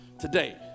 Today